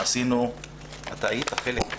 אתה היית חלק,